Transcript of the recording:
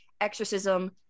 Exorcism